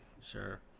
Sure